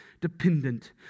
dependent